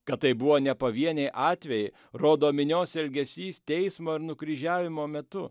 kad tai buvo ne pavieniai atvejai rodo minios elgesys teismo ir nukryžiavimo metu